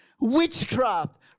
witchcraft